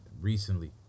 recently